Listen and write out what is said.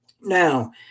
Now